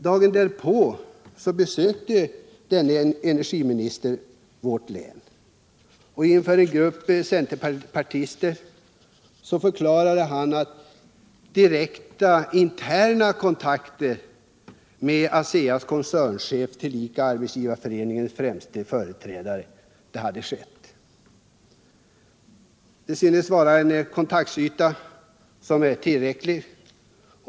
Dagen därpå besökte denne energiminister vårt län och inför en grupp centerpartister förklarade han att han hade haft direkta ”interna” kontakter med Aseas koncernchef, tillika Arbetsgivareföreningens främste företrädare. Det synes vara en kontaktyta som är tillräcklig.